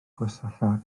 gwersylla